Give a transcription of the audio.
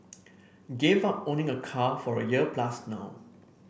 gave up owning a car for a year plus now